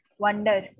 wonder